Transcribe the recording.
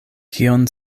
kion